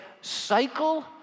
cycle